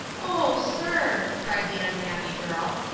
oh, sir! cried the unhappy girl,